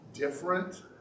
different